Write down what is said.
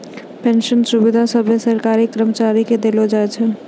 pension सुविधा सभे सरकारी कर्मचारी के देलो जाय छै